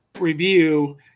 review